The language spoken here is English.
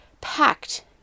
packed